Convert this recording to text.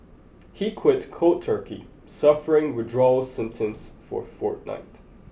he quit cold turkey suffering withdrawal symptoms for a fortnight